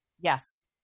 Yes